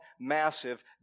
massive